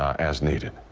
as needed.